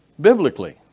biblically